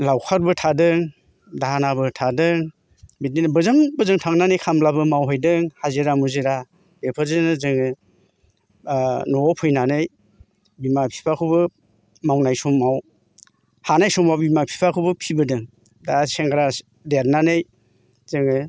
लावखारबो थादों दाहोनाबो थादों बिदिनो बोजों बोजों थांनानै खाम्लाबो मावहैदों हाजिरा मुजिरा बेफोरजोंनो जोङो न'वाव फैनानै बिमा फिफाखौबो मावनाय समाव हानाय समाव बिमा फिफाखौबो फिबोदों दा सेंग्रा देरनानै जोङो